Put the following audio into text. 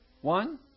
One